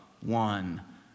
one